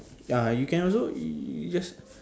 ya you can also just